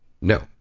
No